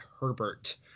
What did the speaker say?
Herbert